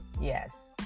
Yes